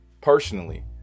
personally